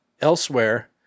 elsewhere